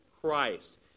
Christ